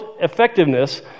effectiveness